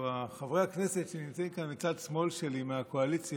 או חברי הכנסת שנמצאים כאן בצד שמאל שלי מהקואליציה,